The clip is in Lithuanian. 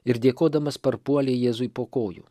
ir dėkodamas parpuolė jėzui po kojų